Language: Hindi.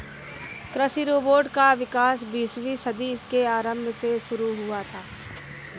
कृषि रोबोट का विकास बीसवीं सदी के आरंभ में शुरू हुआ था